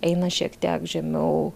eina šiek tiek žemiau